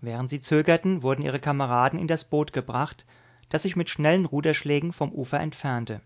während sie zögerten wurden ihre kameraden in das boot gebracht das sich mit schnellen ruderschlägen vom ufer entfernte